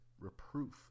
reproof